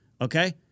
Okay